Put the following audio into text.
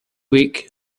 week